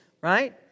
right